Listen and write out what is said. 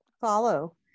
follow